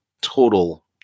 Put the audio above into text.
total